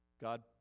God